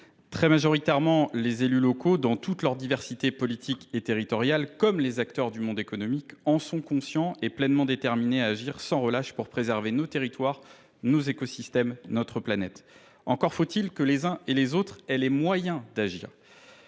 Très majoritairement, les élus locaux, dans toute leur diversité politique et territoriale, et les acteurs du monde économique en sont conscients. Aussi sont ils pleinement déterminés à agir sans relâche pour préserver nos territoires, nos écosystèmes et notre planète. Encore faut il qu’ils en aient les moyens.